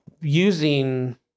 using